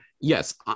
Yes